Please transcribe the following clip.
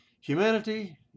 Humanity